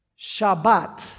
Shabbat